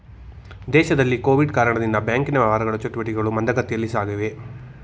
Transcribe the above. ದೇಶದಲ್ಲಿ ಕೊವಿಡ್ ಕಾರಣದಿಂದ ಬ್ಯಾಂಕಿನ ವ್ಯವಹಾರ ಚಟುಟಿಕೆಗಳು ಮಂದಗತಿಯಲ್ಲಿ ಸಾಗಿವೆ